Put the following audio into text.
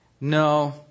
No